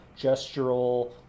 gestural